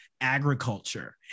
agriculture